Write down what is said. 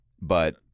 but-